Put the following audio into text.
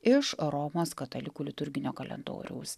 iš romos katalikų liturginio kalendoriaus